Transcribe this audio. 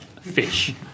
fish